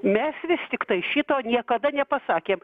mes vis tiktai šito niekada nepasakėm